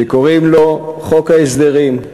שקוראים לו "חוק ההסדרים",